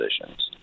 positions